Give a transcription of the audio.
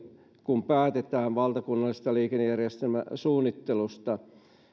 kun päätetään valtakunnallisesta liikennejärjestelmäsuunnittelusta